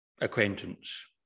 acquaintance